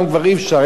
היום כבר אי-אפשר.